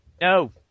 No